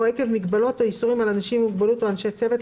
או עקב מגבלות או איסורים על אנשים עם מוגבלות או אנשי צוות,